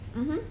mmhmm